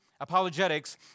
apologetics